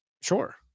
sure